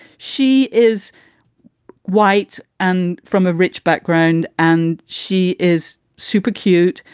she is white and from a rich background and she is super cute.